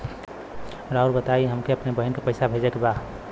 राउर बताई हमके अपने बहिन के पैसा भेजे के बा?